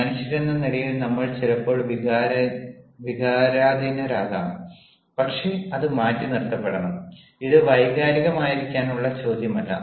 മനുഷ്യരെന്ന നിലയിൽ നമ്മൾ ചിലപ്പോൾ വികാരാധീനരാകാം പക്ഷേ അത് മാറ്റിനിർത്തപ്പെടണം ഇത് വൈകാരികമായിരിക്കാനുള്ള ചോദ്യമല്ല